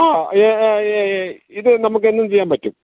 ആ ഇതു നമുക്കെന്നും ചെയ്യാൻ പറ്റും